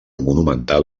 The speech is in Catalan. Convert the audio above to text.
monumental